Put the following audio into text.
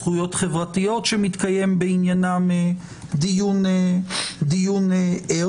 זכויות חברתיות שמתקיים בעניינן דיון ער.